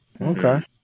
Okay